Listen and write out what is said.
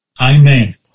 Amen